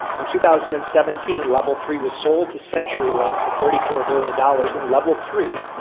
and two thousand and seventeen level three was sold to century link for thirty four billion dollars. and level three,